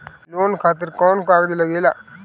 Loan खातिर कौन कागज लागेला?